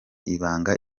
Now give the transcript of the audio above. ibanga